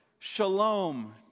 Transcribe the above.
Shalom